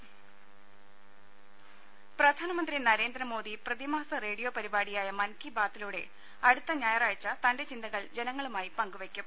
രുദ പ്രധാനമന്ത്രി നരേന്ദ്രമോദി പ്രതിമാസ റേഡിയോ പരിപാടിയായ മൻ കീ ബാതിലൂടെ അടുത്ത ഞായറാഴ്ച തന്റെ ചിന്തകൾ ജനങ്ങളുമായി പങ്കുവെക്കും